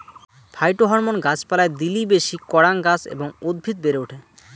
phytohormone গাছ পালায় দিলি বেশি করাং গাছ এবং উদ্ভিদ বেড়ে ওঠে